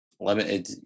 limited